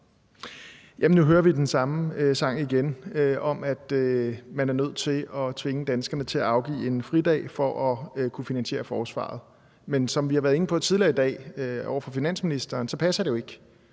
Nu hører vi den samme sang igen om, at man er nødt til at tvinge danskerne til at afgive en fridag for at kunne finansiere forsvaret. Men som vi har været inde på tidligere i dag over for finansministeren, så passer det jo ikke,